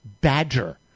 Badger